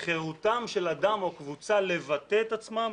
חירותם של אדם או קבוצה לבטא את עצמם